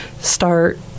start